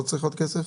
לא צריך עוד כסף?